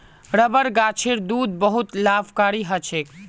rubber गाछेर दूध बहुत लाभकारी ह छेक